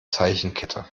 zeichenkette